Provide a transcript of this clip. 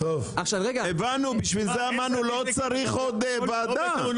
עכשיו רגע -- הבנו בשביל זה אמרנו לא צריך עוד ועדה,